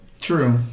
True